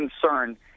concern